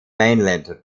mainland